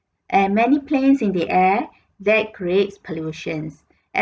and many planes in the air that creates pollutions